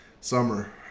summer